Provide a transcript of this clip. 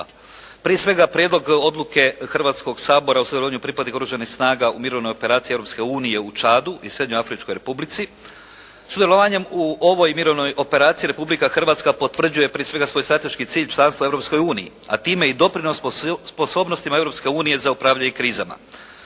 Prije svega, Prijedlog odluke Hrvatskoga sabora o sudjelovanju pripadnika Oružanih snaga u Mirovnoj operaciji Europske unije u Čadu i Srednjoafričkoj Republici. Sudjelovanjem u ovoj mirovnoj operaciji Republika Hrvatska potvrđuje prije svega svoj strateški cilj članstva u Europskoj uniji a time i doprinos sposobnostima Europske unije za upravljanje krizama.